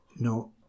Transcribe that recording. No